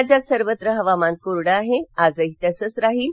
राज्यात सर्वत्र हवामान कोरड आहे आजही तसंच राहील